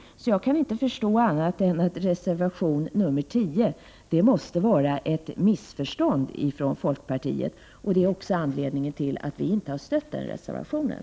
Jag kan inte förstå annat än att reservation nr 10 är ett missförstånd från folkpartiets sida. Det är anledningen till att vi inte har stött den reservationen.